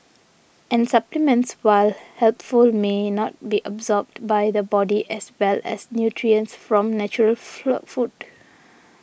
and supplements while helpful may not be absorbed by the body as well as nutrients from natural food